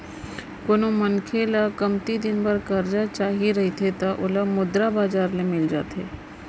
कोनो मनखे ल कमती दिन बर करजा चाही रहिथे त ओला मुद्रा बजार ले मिल जाथे